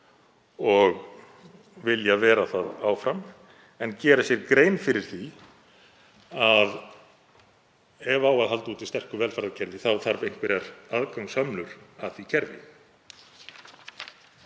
og vilja vera það áfram, en gera sér grein fyrir því að ef halda á úti sterku velferðarkerfi þá þarf einhverjar aðgangshömlur að því kerfi.